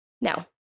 Now